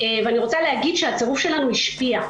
אני רוצה להגיד שהצירוף שלנו השפיע.